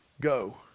Go